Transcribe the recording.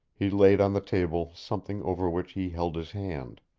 he laid on the table something over which he held his hand.